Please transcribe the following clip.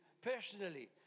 personally